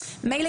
מילא,